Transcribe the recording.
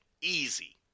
Easy